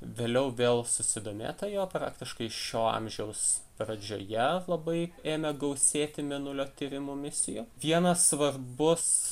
vėliau vėl susidomėta juo praktiškai šio amžiaus pradžioje labai ėmė gausėti mėnulio tyrimų misijų vienas svarbus